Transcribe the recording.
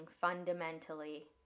fundamentally